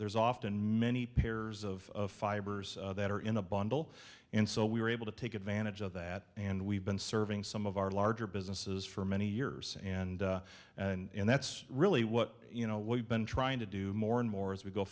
there's often many pairs of fibers that are in a bundle and so we were able to take advantage of that and we've been serving some of our larger businesses for many years and and that's really what you know what we've been trying to do more and more as we go